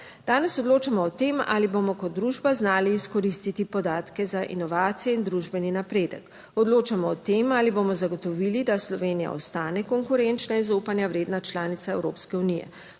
Danes odločamo o tem, ali bomo kot družba znali izkoristiti podatke za inovacije in družbeni napredek. Odločamo o tem, ali bomo zagotovili, da Slovenija ostane konkurenčna in zaupanja vredna članica Evropske unije.